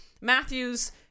Matthew's